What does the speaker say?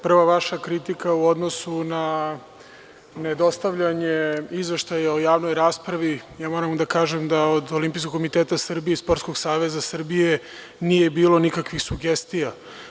Prva vaša kritika u odnosu na nedostavljanje izveštaja o javnoj raspravi, moram da kažem da od Olimpijskog komiteta Srbije i Sportskog saveza Srbije nije bilo nikakvih sugestija.